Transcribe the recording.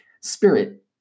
Spirit